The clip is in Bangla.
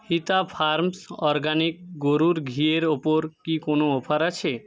হিতা ফার্মস অরগ্যানিক গরুর ঘিয়ের ওপর কি কোনো অফার আছে